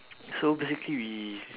so basically we